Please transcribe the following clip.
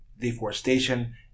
deforestation